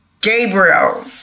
Gabriel